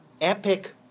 epic